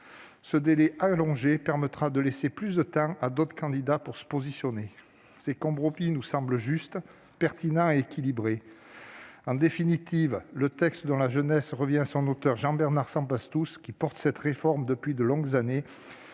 Ce délai allongé permettra de laisser plus de temps à d'autres candidats pour se positionner. Ces compromis nous semblent justes, pertinents et équilibrés. En définitive, le texte de Jean-Bernard Sempastous, qui porte cette réforme depuis de longues années,